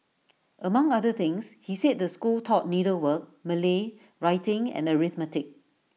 among other things he said the school taught needlework Malay writing and arithmetic